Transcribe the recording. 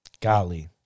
Golly